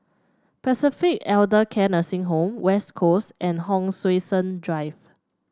Pacific Elder Care Nursing Home West Coast and Hon Sui Sen Drive